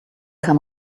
kann